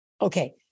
Okay